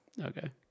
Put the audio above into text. Okay